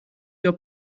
your